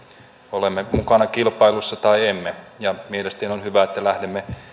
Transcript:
olemme mukana kilpailussa tai emme mielestäni on hyvä että lähdemme